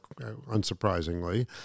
unsurprisingly